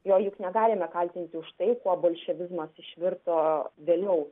jo juk negalime kaltinti už tai kuo bolševizmas išvirto vėliau